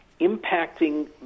impacting